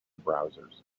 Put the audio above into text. browsers